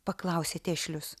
paklausė tešlius